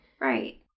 Right